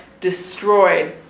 destroyed